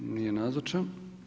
Nije nazočan.